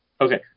Okay